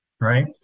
Right